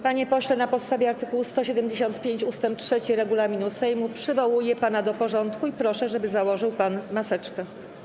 Panie pośle, na podstawie art. 175 ust. 3 regulaminu Sejmu przywołuję pana do porządku i proszę, żeby założył pan maseczkę.